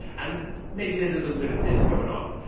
and maybe there's a little bit of this going on.